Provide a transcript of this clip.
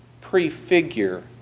prefigure